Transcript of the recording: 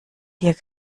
hier